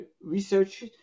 research